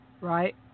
Right